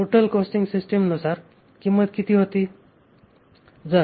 total costing सिस्टीमनुसार किंमत किती होती